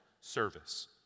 service